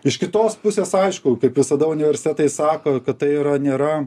iš kitos pusės aišku kaip visada universitetai sako kad tai yra nėra